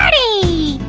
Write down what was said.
a